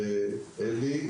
אלי,